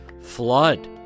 flood